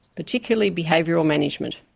particularly behavioural management.